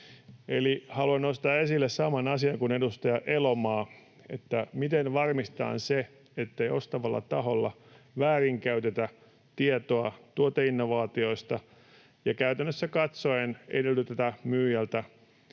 haluan nostaa esille saman asian kuin edustaja Elomaa, että miten varmistetaan se, ettei ostavalla taholla väärinkäytetä tietoa tuoteinnovaatioista ja käytännössä katsoen edellytetä myyjältä